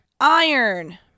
Iron